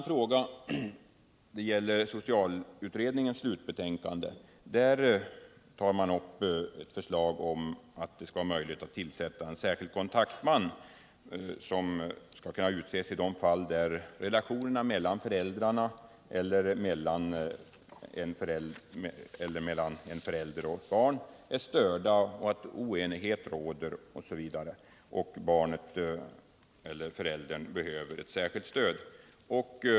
I sitt slutbetänkande föreslår socialutredningen att det skall vara möjligt att tillsätta en särskild kontaktman i de fall där relationerna mellan föräldrarna eller mellan en förälder och ett barn är störda, där det råder oenighet osv. och där barnet eller föräldern behöver ett särskilt stöd.